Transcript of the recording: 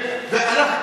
תקשיב לי רגע.